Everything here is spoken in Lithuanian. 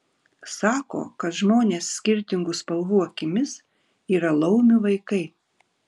sako kad žmonės skirtingų spalvų akimis yra laumių vaikai